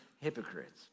hypocrites